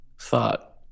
thought